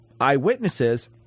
eyewitnesses